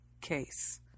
case